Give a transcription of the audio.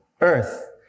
earth